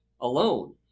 alone